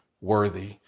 worthy